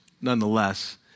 nonetheless